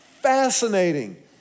fascinating